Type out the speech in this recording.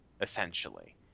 essentially